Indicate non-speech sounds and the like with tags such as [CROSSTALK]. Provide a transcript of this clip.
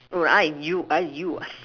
oh I you I you ah [NOISE]